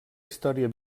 història